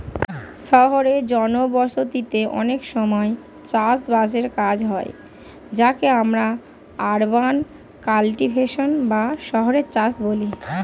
শহুরে জনবসতিতে অনেক সময় চাষ বাসের কাজ হয় যাকে আমরা আরবান কাল্টিভেশন বা শহুরে চাষ বলি